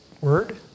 word